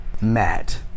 Matt